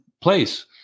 place